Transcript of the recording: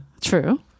True